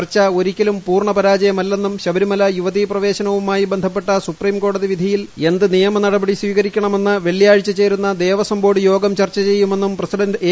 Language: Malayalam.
ചർച്ച ഒരിക്കലും പൂർണ്ണ പരാജയമല്ലെന്നും ശബരിമല യുവതീപ്രവേശനവുമായി ബന്ധപ്പെട്ട സുപ്രീംകോടതി വിധിയിൽ എന്ത് നിയമനടപടി സ്വീകരിക്കണമെന്ന വെള്ളിയാഴ്ച ചേരുന്ന ദേവസ്വം ബോർഡ് യോഗം ചർച്ച ചെയ്യുമെന്നും പ്രസിഡന്റ് എ